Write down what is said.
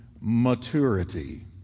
maturity